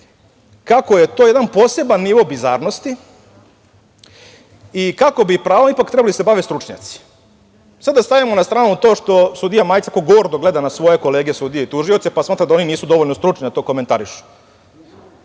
kako je to jedan poseban nivo bizarnosti i kako bi pravom ipak trebali da se bave stručnjaci. Sad, da stavimo na stranu to što sudija Majić tako gordo gleda na svoje kolege sudije i tužioce, pa smatra da oni nisu dovoljno stručni da to komentarišu,